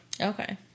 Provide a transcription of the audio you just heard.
Okay